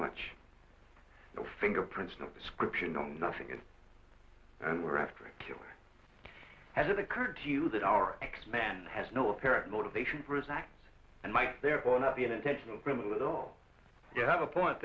much the fingerprints no prescription no nothing is and we're after a killer has it occurred to you that our x man has no apparent motivation for his acts and might therefore not be an intentional criminal it all you have a point